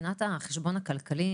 מבחינת החשבון הכלכלי,